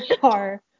car